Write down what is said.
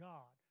God